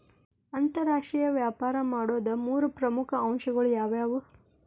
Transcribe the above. ಅಂತರಾಷ್ಟ್ರೇಯ ವ್ಯಾಪಾರ ಮಾಡೋದ್ ಮೂರ್ ಪ್ರಮುಖ ಅಂಶಗಳು ಯಾವ್ಯಾವು?